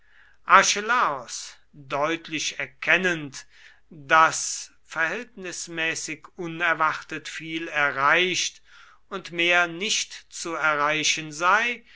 archelaos deutlich erkennend daß verhältnismäßig unerwartet viel erreicht und mehr nicht zu erreichen sei